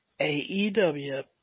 AEW